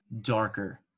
darker